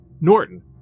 Norton